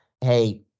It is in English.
hey